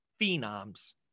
phenoms